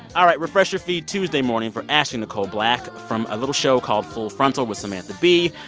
all right. refresh your feed tuesday morning for ashley nicole black from a little show called full frontal with samantha bee.